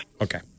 Okay